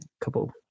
Couple